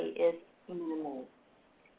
is minimal.